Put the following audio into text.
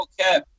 Okay